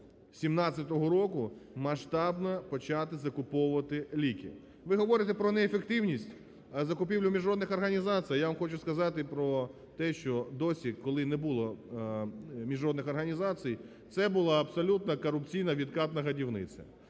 2017 року масштабно почати закуповувати ліки. Ви говорите про не ефективність, закупівлю міжнародних організацій. Я вам хочу сказати про те, що досі, коли не було міжнародних організацій, це була абсолютно корупційна відкатна годівниця